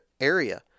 area